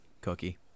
Cookie